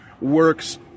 works